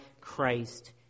Christ